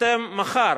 אתם מחר